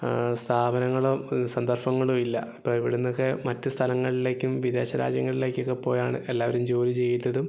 സ്ഥാപനങ്ങളോ സന്ദർഭങ്ങളോ ഇല്ല അപ്പോൾ ഇവിടെ നിന്നൊക്കെ മറ്റ് സ്ഥലങ്ങളിലേക്കും വിദേശ രാജ്യങ്ങളിലേക്കൊക്കെ പോയാണ് എല്ലാവരും ജോലി ചെയ്തതും